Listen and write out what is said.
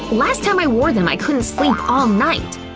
last time i wore them i couldn't sleep all night!